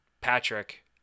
Patrick